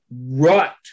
rut